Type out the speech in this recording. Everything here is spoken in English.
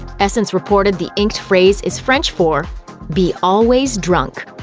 essence reported the inked phrase is french for be always drunk.